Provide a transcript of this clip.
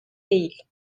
değil